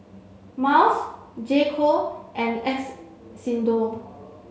Miles J co and X Xndo